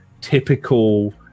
typical